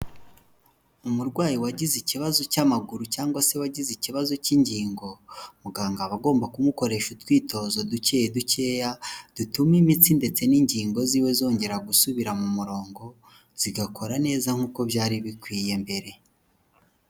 Umurwayi wagize ikibazo cy'amaguru cyangwa se wagize ikibazo cy'ingingo, muganga aba agomba kumukoresha utwitozo duke dukeya, dutuma imiti ndetse n'ingingo ziwe zongera gusubira mu murongo zigakora neza nk'uko byari bikwiye mbere.